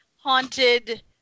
haunted